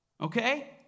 Okay